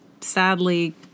sadly